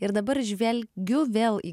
ir dabar žvelgiu vėl į